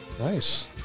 Nice